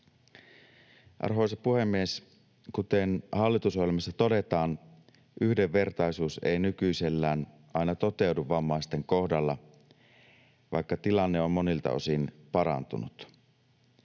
Arvoisa puhemies! Kuten hallitusohjelmassa todetaan, yhdenvertaisuus ei nykyisellään aina toteudu vammaisten kohdalla, vaikka tilanne on monilta osin parantunut.